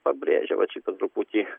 pabrėžia vat šitą truputį